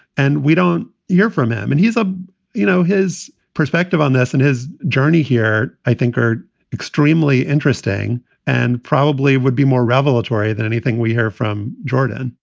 and we don't hear from him. and he's a you know, his perspective on this and his journey here, i think are extremely interesting and. probably would be more regulatory than anything we hear from jordan,